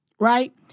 Right